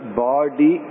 body